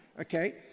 Okay